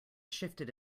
shifted